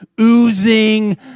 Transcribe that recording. oozing